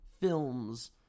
films